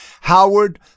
Howard